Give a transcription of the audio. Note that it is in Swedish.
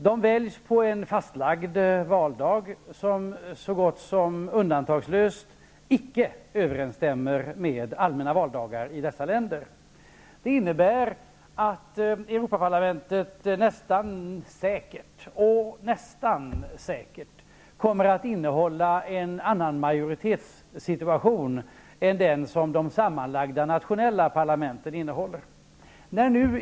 Val sker på en fastlagd valdag som så gott som undantagslöst icke sammanfaller med allmänna valdagar i de aktuella länderna. Det innebär att Europaparlamentet nästan säkert kommer att så att säga innehålla en annan majoritetssituation än den som de sammanlagda nationella parlamenten innehåller.